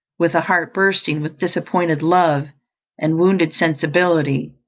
with a heart bursting with disappointed love and wounded sensibility,